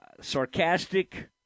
sarcastic